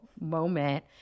moment